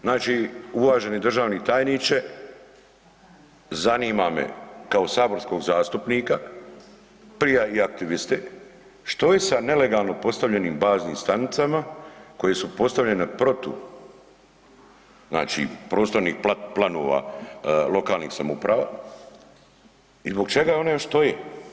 Znači uvaženi državni tajniče, zanima me kao saborskog zastupnika, prije i aktiviste, što je sa nelegalno postavljenim baznim stanicama koje su postavljene protu prostornih planova lokalnih samouprava i zbog čega još one stoje?